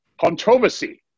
controversy